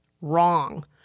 Wrong